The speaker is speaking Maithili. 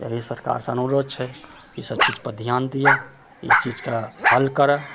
अइ लए सरकारसँ अनुरोध छै ई सब चीजपर ध्यान दिअ ई चीजके हल करय